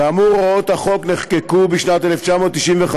כאמור, הוראות החוק נחקקו בשנת 1995,